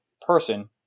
person